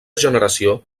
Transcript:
generació